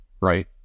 Right